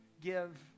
give